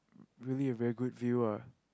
really a very good view ah